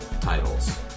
titles